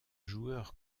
joueur